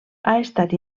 estat